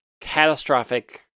catastrophic